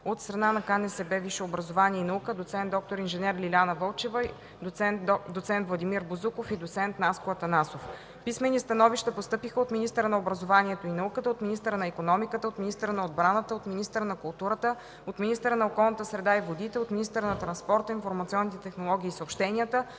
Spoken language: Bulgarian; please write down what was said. „Наука”; от КНСБ „Висше образование и наука”: доц. д-р инж. Лиляна Вълчева, доц. Владимир Бозуков и доц. Наско Атанасов. Писмени становища постъпиха от министъра на образованието и науката, от министъра на икономиката, от министъра на отбраната, от министъра на културата, от министъра на околната среда и водите, от министъра на транспорта, информационните технологии и съобщенията,